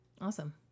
awesome